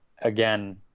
again